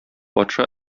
патша